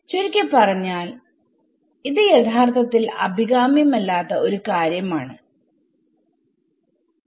ചുരുക്കിപറഞ്ഞാൽ ഇത് യഥാർത്ഥത്തിൽ അഭികാമ്യം അല്ലാത്ത ഒരു കാര്യം ആണ്